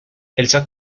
elsa